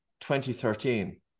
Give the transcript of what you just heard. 2013